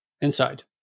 inside